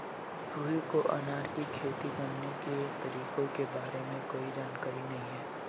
रुहि को अनार की खेती करने के तरीकों के बारे में कोई जानकारी नहीं है